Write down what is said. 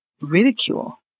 ridicule